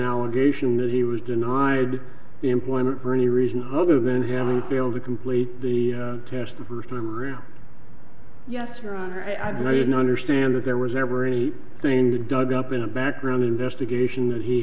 allegation that he was denied employment for any reason other than haley failed to complete the test the first time around yes your honor i didn't understand that there was never any thing to dug up in a background investigation that he